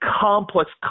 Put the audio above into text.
complex